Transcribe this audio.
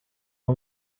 uba